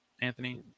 Anthony